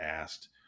asked